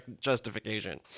justification